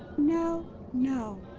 no! no!